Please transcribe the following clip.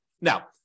Now